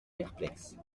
perplexes